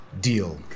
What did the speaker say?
Deal